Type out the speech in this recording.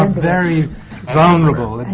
very vulnerable,